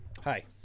Hi